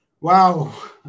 Wow